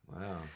Wow